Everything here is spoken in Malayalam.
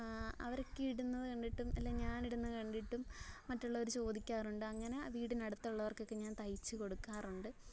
അവരൊക്കെ ഇടുന്ന കണ്ടിട്ടും അല്ലേൽ ഞാൻ ഇടുന്ന കണ്ടിട്ടും മറ്റുള്ളവർ ചോദിക്കാറുണ്ട് അങ്ങനെ വീടിന് അടുത്തുള്ളവർക്കൊക്കെ ഞാൻ തയ്ച്ചു കൊടുക്കാറുണ്ട്